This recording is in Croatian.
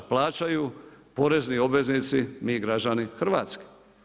Plaćaju porezni obveznici, mi građani Hrvatske.